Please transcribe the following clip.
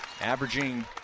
Averaging